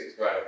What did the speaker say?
Right